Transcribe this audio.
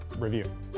review